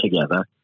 together